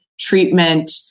treatment